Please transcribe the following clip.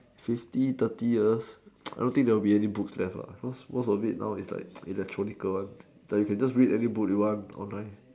fifty thirty years I don't think there's any more books left most of it now is like electronical like you can just read any book you want online